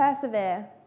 persevere